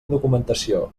documentació